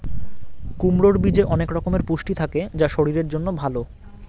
কুমড়োর বীজে অনেক রকমের পুষ্টি থাকে যা শরীরের জন্য ভালো